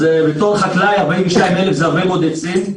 אז בתור חקלאי, 42,000 זה הרבה מאוד עצים.